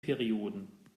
perioden